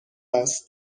است